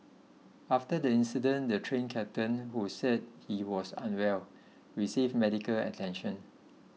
after the incident the Train Captain who said he was unwell received medical attention